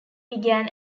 began